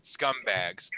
scumbags